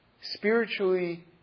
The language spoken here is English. spiritually